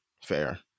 fair